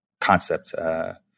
concept –